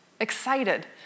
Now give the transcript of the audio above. excited